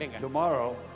Tomorrow